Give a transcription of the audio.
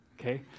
okay